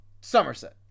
Somerset